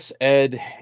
Ed